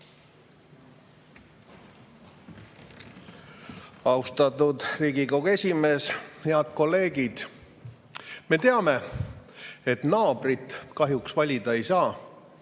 Austatud Riigikogu esimees! Head kolleegid! Me teame, et naabrit kahjuks valida ei saa.